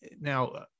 now